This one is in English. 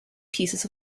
pieces